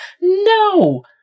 No